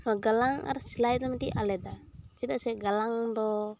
ᱚᱱᱟ ᱜᱟᱞᱟᱝ ᱟᱨ ᱥᱮᱞᱟᱭ ᱫᱚ ᱢᱤᱫᱴᱤᱱ ᱟᱞᱟᱫᱟ ᱪᱮᱫᱟᱜ ᱥᱮ ᱜᱟᱞᱟᱝ ᱫᱚ